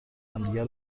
همدیگه